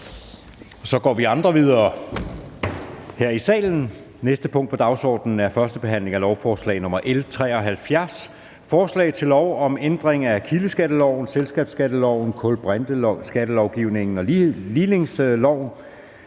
Det er vedtaget. --- Det næste punkt på dagsordenen er: 9) 1. behandling af lovforslag nr. L 73: Forslag til lov om ændring af kildeskatteloven, selskabsskatteloven, kulbrinteskatteloven og ligningsloven.